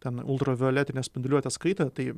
ten ultravioletinės spinduliuotės kaitą tai